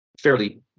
fairly